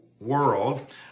world